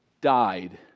died